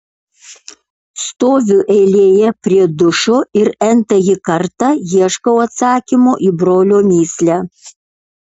stoviu eilėje prie dušo ir n tąjį kartą ieškau atsakymo į brolio mįslę